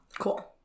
Cool